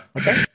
Okay